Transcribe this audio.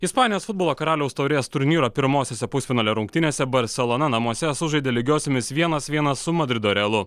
ispanijos futbolo karaliaus taurės turnyro pirmosiose pusfinalio rungtynėse barselona namuose sužaidė lygiosiomis vienas vienas su madrido realu